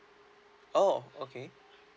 oh okay